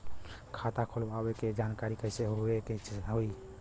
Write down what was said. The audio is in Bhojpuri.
खाता खोलवावे के जानकारी कैसे लेवे के होई?